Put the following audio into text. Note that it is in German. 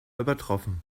übertroffen